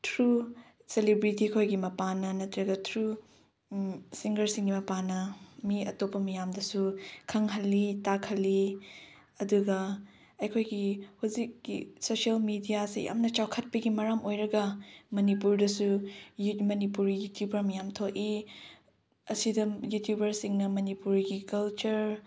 through celebrity ꯈꯣꯏꯒꯤ ꯃꯄꯥꯟꯅ ꯅꯠꯇ꯭ꯔꯒ ꯊ꯭ꯔꯨ ꯁꯤꯡꯒꯔꯁꯤꯡꯒꯤ ꯃꯄꯥꯟꯅ ꯃꯤ ꯑꯇꯣꯞꯄ ꯃꯌꯥꯝꯗꯁꯨ ꯈꯪꯍꯜꯂꯤ ꯇꯥꯛꯍꯜꯂꯤ ꯑꯗꯨꯒ ꯑꯩꯈꯣꯏꯒꯤ ꯍꯧꯖꯤꯛꯀꯤ ꯁꯣꯁꯦꯜ ꯃꯦꯗꯤꯌꯥꯁꯤ ꯌꯥꯝꯅ ꯆꯥꯎꯈꯠꯄꯒꯤ ꯃꯔꯝ ꯑꯣꯏꯔꯒ ꯃꯅꯤꯄꯨꯔꯗꯁꯨ ꯃꯅꯤꯄꯨꯔꯤ ꯌꯨꯇ꯭ꯌꯨꯕꯔ ꯃꯌꯥꯝ ꯊꯣꯛꯏ ꯑꯁꯤꯗ ꯌꯨꯇ꯭ꯌꯨꯕꯔꯁꯤꯡꯅ ꯃꯅꯤꯄꯨꯔꯒꯤ ꯀꯜꯆꯔ